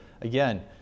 again